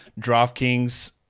DraftKings